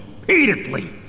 repeatedly